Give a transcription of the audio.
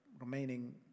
remaining